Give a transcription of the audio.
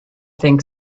think